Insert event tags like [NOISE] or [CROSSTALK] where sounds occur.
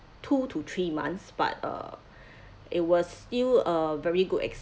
two to three months but uh [BREATH] it was still a very good